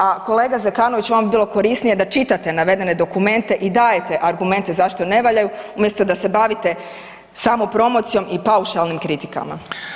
A kolega Zekanović, vama bi bilo korisnije da čitate navedene dokumente i dajete argumente zašto ne valjaju umjesto da se bavite samopromocijom i paušalnim kritikama.